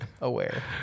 aware